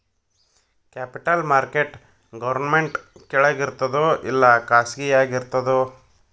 Capital market government ಕೆಳಗಿರ್ತದೋ ಇಲ್ಲಾ ಖಾಸಗಿಯಾಗಿ ಇರ್ತದೋ?